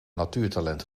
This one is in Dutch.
natuurtalent